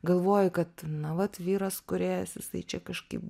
galvoji kad na vat vyras kūrėjas jisai čia kažkaip